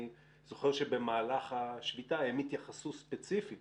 אני זוכר שבמהלך השביתה הם התייחסו ספציפית